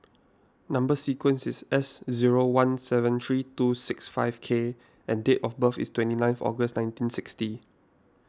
Number Sequence is S zero one seven three two six five K and date of birth is twenty ninth August nineteen sixty